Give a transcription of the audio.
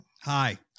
hi